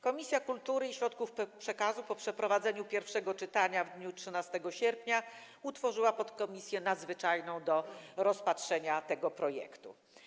Komisja Kultury i Środków Przekazu po przeprowadzeniu pierwszego czytania w dniu 13 września utworzyła podkomisję nadzwyczajną do rozpatrzenia tego projektu.